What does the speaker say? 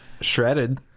shredded